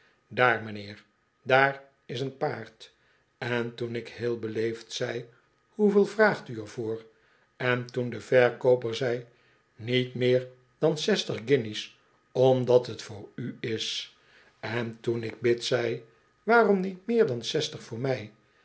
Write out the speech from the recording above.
daar m'nheer daar is een paard en toen ik heel beleefd zei hoeveel vraagt u er voor en toen de verkooper zei niet meer dan zestig guinjes omdat t voor u is en toen ik bits zei waarom niet meer dan zestig voor m